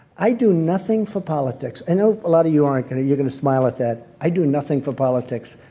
i do nothing for politics. i know a lot of you aren't going to you're going to smile at that. i do nothing for politics.